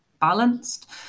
balanced